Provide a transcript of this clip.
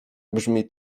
brzmi